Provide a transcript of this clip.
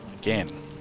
Again